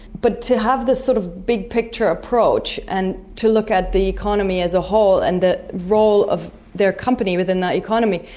but to have the sort of big picture approach and to look at the economy as a whole and the role of their company within that economy,